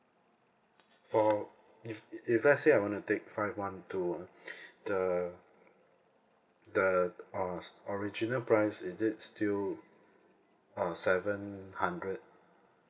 for if if let's say I want to take five one two ah the the uh original price is it still uh seven hundred